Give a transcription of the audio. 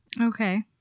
Okay